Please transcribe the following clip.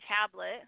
tablet